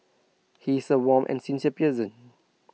he is A warm and sincere person